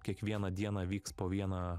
kiekvieną dieną vyks po vieną